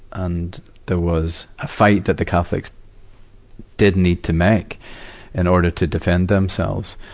and there was a fight that the catholics did need to make in order to defend themselves.